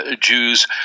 Jews